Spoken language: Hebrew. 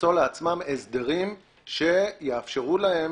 - למצוא לעצמם הסדרים שיאפשרו להם